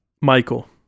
Michael